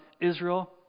Israel